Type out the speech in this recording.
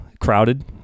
Crowded